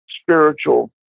spiritual